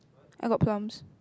I got plums